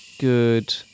good